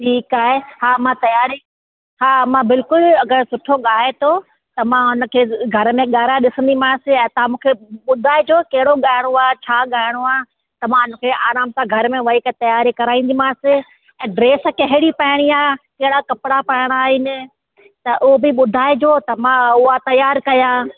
ठीकु आहे मां तयारी हा मां बिल्कुल अगरि सुठो गाए थो त मां उनखे घर में गाराए ॾिसंदीमास ऐं तव्हां मूंखे ॿुधाइजो कहिड़ो गाइणो आहे छा गाइणो आहे त मां उनखे आराम सां घर में वेही करे तयारी कराईंदीमास ऐं ड्रेस कहिड़ी पाइणी आहे कहिड़ा कपिड़ा पाइणा आहिनि त हो बि ॿुधाइजो त मां उहा तयार कया